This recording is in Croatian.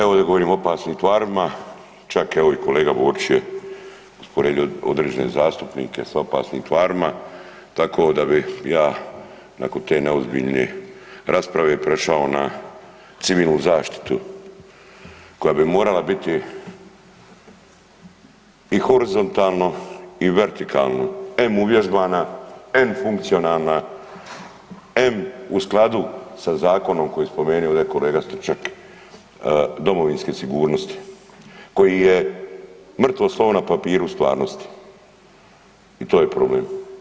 Evo ovdje govorimo o opasnim tvarima, čak je evo i kolega Borić je usporedio određene zastupnike s opasnim tvarima tako da bi ja nakon te neozbiljne rasprave prešao na civilnu zaštitu koja bi morala biti i horizontalno i vertikalno em uvježbana, em funkcionalna, em u skladu sa zakonom koji je spomenuo ovdje kolega Stričak domovinske sigurnosti, koji je mrtvo slovo na papiru u stvarnosti i to je problem.